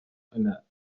einer